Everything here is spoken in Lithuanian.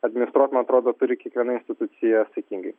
administruot man atrodo turi kiekviena institucija saikingai